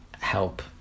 help